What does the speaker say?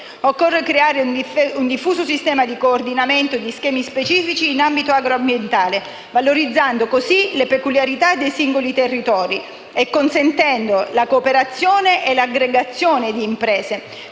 Occorre creare un diffuso sistema di coordinamento di schemi specifici in ambito agro ambientale valorizzando così le peculiarità dei singoli territori e consentendo la cooperazione e l'aggregazione di imprese,